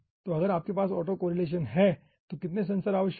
तो अगर आपके पास ऑटो कोरिलेशन है तो कितने सेंसर आवश्यक हैं